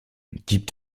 gibt